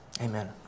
amen